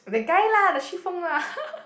the guy lah the Xu-Fong lah